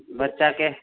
बच्चाके